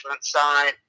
side